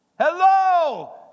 Hello